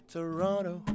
Toronto